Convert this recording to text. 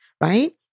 right